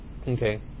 Okay